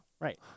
right